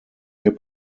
hip